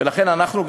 ולכן אנחנו,